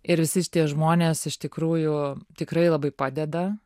ir visi šitie žmonės iš tikrųjų tikrai labai padeda